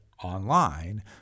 online